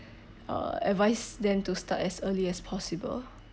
uh advise them to start as early as possible